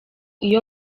iyo